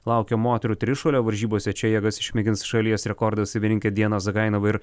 laukia moterų trišuolio varžybose čia jėgas išmėgins šalies rekordo savininkė diana zagainova ir